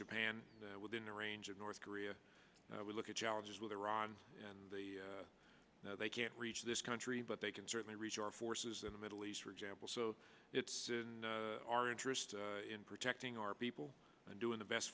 japan within the range of north korea we look at challenges with iran and they can't reach this country but they can certainly reach our forces in the middle east for example so it's in our interest in protecting our people and doing the best